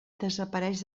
desapareix